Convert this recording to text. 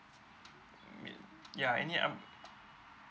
ya any up